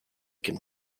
can